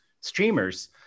streamers